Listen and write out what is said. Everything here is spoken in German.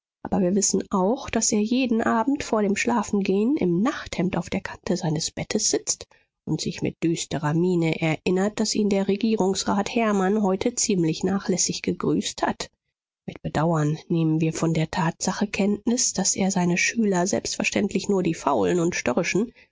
aber wir wissen auch daß er jeden abend vor dem schlafengehen im nachthemd auf der kante seines bettes sitzt und sich mit düsterer miene erinnert daß ihn der regierungsrat hermann heute ziemlich nachlässig gegrüßt hat mit bedauern nehmen wir von der tatsache kenntnis daß er seine schüler selbstverständlich nur die faulen und störrischen